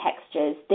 textures